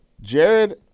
Jared